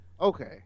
okay